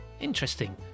interesting